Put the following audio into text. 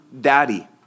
daddy